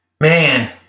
Man